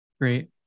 great